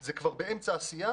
שזה באמצע העשייה.